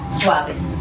suaves